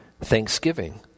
thanksgiving